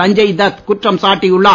சஞ்சய் தத் குற்றம் சாட்டியுள்ளார்